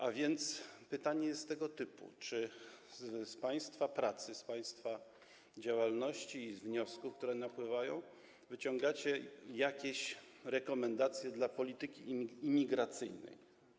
A więc pytanie jest tego typu: Czy z państwa pracy, z państwa działalności i wniosków, które napływają, wyciągacie jakieś rekomendacje dla polityki imigracyjnej?